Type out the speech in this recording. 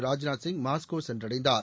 Rajnath Singh Moscow சென்றடைந்தார்